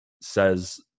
says